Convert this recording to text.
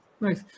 Nice